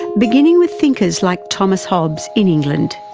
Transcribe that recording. beginning with thinkers like thomas hobbes in england.